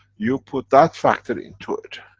you put that factor into it,